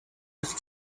have